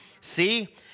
see